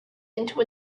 into